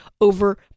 over